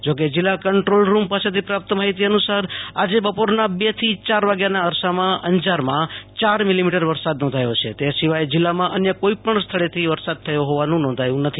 જો કે જીલ્લા કંટ્રોલ રૂમ પાસેથી પ્રાપ્ત માહિતી અનુસાર આજે બપોરના બે થી ચાર વાગ્યાના અરસામાં અંજારમાં ચાર મીલીમીટર વરસાદ નોંધાયો છે તે સિવાય જીલ્લામાં અન્ય કોઈ પણ સ્થળેથી વરસાદ થયો હોવાનું નોંધાયું નથી